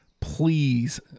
Please